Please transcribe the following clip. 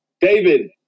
David